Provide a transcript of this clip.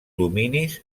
dominis